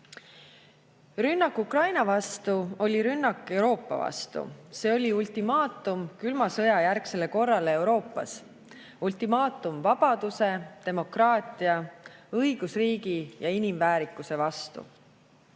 aastat. Rünnak Ukraina vastu oli rünnak Euroopa vastu, see oli ultimaatum külma sõja järgsele korrale Euroopas, ultimaatum vabaduse, demokraatia, õigusriigi ja inimväärikuse vastu.